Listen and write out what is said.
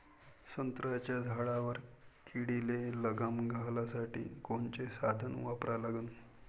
संत्र्याच्या झाडावर किडीले लगाम घालासाठी कोनचे साधनं वापरा लागन?